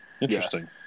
Interesting